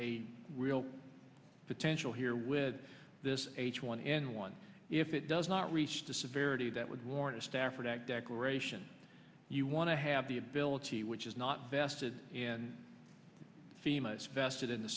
a real potential here with this h one n one if it does not reach the severity that would warrant a stafford act declaration you want to have the ability which is not vested and fema is vested in the